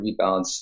rebalance